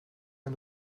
can